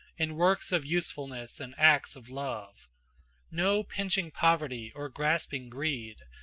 in works of usefulness and acts of love no pinching poverty or grasping greed,